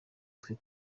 twe